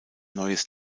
neues